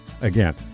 Again